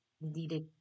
needed